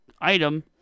item